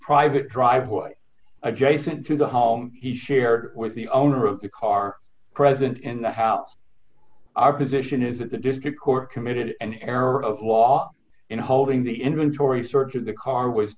private driveway adjacent to the home he shared with the owner of the car present in the house our position is that the district court committed an error of law in holding the inventory search of the car was